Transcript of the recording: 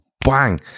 bang